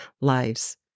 lives